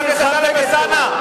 חבר הכנסת טלב אלסאנע,